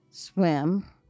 swim